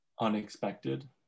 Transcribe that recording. unexpected